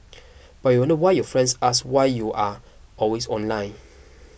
but you wonder why your friends ask you why you are always online